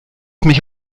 mich